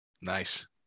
Nice